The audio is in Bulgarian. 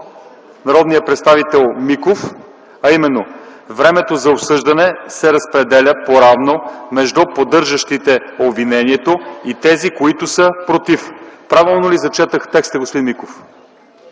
народния представител Миков, а именно: „Времето за обсъждане се разпределя поравно между поддържащите обвинението и тези, които са против”. Правилно ли зачетох текста, господин Миков?